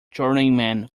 journeyman